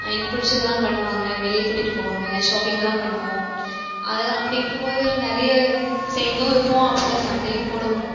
எனக்கு பிடிச்சதுலாம் பண்ணுவாங்க வெளியே கூட்டிகிட்டு போவாங்க ஷாப்பிங்கெல்லாம் பண்ணுவோம் அதுதான் அப்படி இருக்கும் போது நிறைய சேர்ந்தும் இருப்போம் அப்பப்போ சண்டையும் போடுவோம்